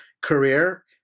career